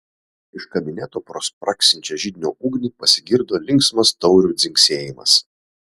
iš kabineto pro spragsinčią židinio ugnį pasigirdo linksmas taurių dzingsėjimas